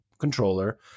controller